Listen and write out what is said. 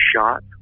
shot